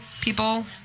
people